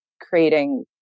creating